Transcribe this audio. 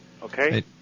okay